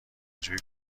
جویی